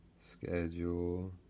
Schedule